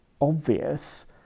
obvious